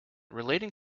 relating